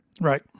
Right